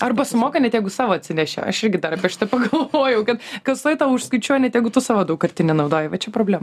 arba sumoka net jeigusavo atsinešė aš irgi dar apie šitą pagalvojau kad kasoj tau užskaičiuoja net jeigu tu savo daugkartinį naudoji vat čia problema